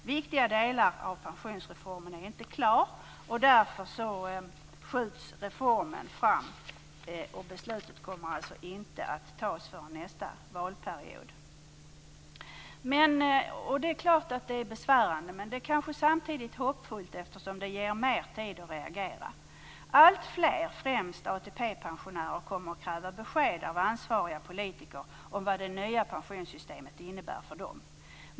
Viktiga delar av pensionsreformen är ännu inte klara, och därför skjuts reformen fram. Beslutet kommer inte att fattas förrän under nästa valperiod. Det är klart att detta är besvärande, men det är kanske samtidigt också hoppfullt, eftersom det ger mer tid att reagera. Alltfler, främst ATP-pensionärer, kommer att kräva besked av ansvariga politiker om vad det nya pensionssystemet innebär för dem.